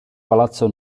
palazzo